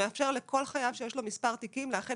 שמאפשר כל חייב שיש לו מספר תיקים לאחד